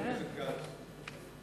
אבקש בכל זאת להסתייג.